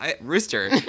rooster